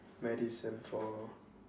medicine for